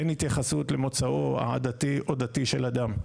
אין התייחסות למוצאו העדתי או דתי של אדם.